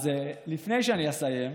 אז לפני שאני אסיים,